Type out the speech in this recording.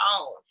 own